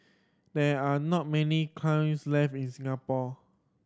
there are not many kilns left in Singapore